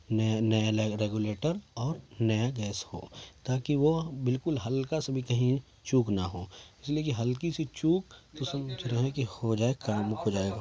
نیا نیا ریگولیٹر اور نیا گیس ہو تا کہ وہ بالکل ہلکا سا بھی کہیں چوک نہ ہو اس لیے کہ ہلکی سی چوک تو سمجھ رہے ہیں کہ ہو جائے